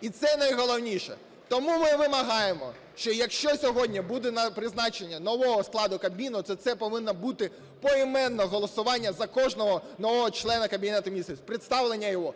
І це найголовніше. Тому ми вимагаємо, що якщо сьогодні буде призначення нового складу Кабміну, то це повинно бути поіменне голосування за кожного нового члена Кабінету Міністрів з представленням його